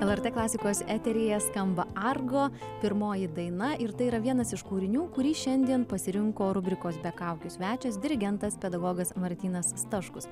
lrt klasikos eteryje skamba argo pirmoji daina ir tai yra vienas iš kūrinių kurį šiandien pasirinko rubrikos be kaukių svečias dirigentas pedagogas martynas staškus